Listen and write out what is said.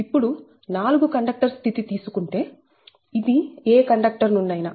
ఇప్పుడు4 conductors స్థితి తీసుకుంటే ఇది ఏ కండక్టర్ నుండైనా